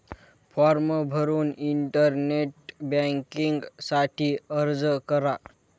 form भरून internet banking साठी अर्ज करा